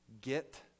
get